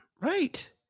Right